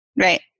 right